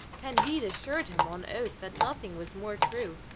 candide assured him on oath that nothing was more true,